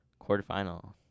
Quarterfinal